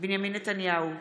בנימין נתניהו,